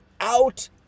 out